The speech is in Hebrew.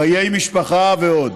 חיי המשפחה ועוד.